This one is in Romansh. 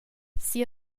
sia